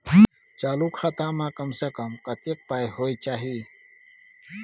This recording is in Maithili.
चालू खाता में कम से कम कत्ते पाई होय चाही?